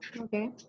Okay